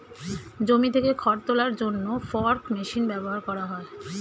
জমি থেকে খড় তোলার জন্য ফর্ক মেশিন ব্যবহার করা হয়